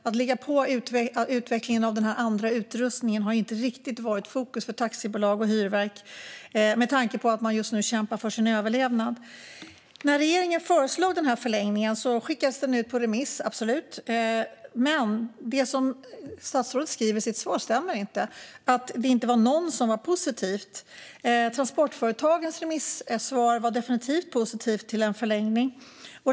Att ligga på för utvecklingen av den här andra utrustningen har under pandemin inte riktigt varit i fokus för taxibolag och hyrverk, med tanke på att man just nu kämpar för sin överlevnad. När regeringen föreslog förlängningen skickades den ut på remiss. Så var det absolut. Men att det inte var någon som var positiv, som statsrådet säger i sitt interpellationssvar, stämmer inte. Transportföretagens remisssvar var definitivt positivt till en förlängning.